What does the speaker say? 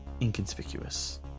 inconspicuous